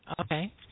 Okay